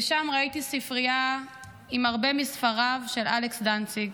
ושם ראיתי ספרייה עם הרבה מספריו של אלכס דנציג,